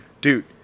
Dude